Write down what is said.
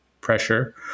Pressure